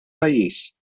pajjiż